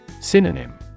Synonym